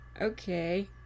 Okay